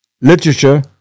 literature